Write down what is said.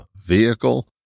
vehicle